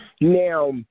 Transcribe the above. Now